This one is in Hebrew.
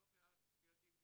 לא מעט ילדים נפגעו,